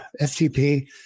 FTP